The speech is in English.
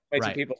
Right